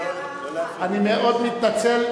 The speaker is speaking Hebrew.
אני מאוד מתנצל,